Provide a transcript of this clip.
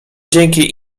dzięki